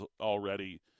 already